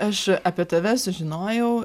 aš apie tave sužinojau